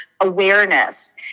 awareness